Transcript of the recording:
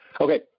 Okay